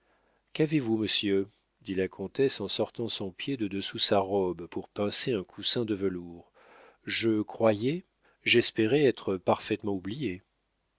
qu'avez-vous monsieur dit la comtesse en sortant son pied de dessous sa robe pour pincer un coussin de velours je croyais j'espérais être parfaitement oubliée